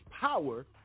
power